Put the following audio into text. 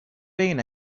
بگین